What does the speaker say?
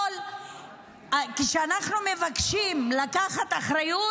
כשאנחנו מבקשים לקחת אחריות,